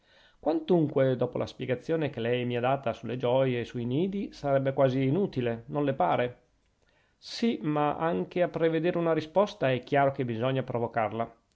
quantunque dopo la spiegazione che lei mi ha data sulle gioie e sui nidi sarebbe quasi inutile non le pare sì ma anche a prevedere una risposta è chiaro che bisogna provocarla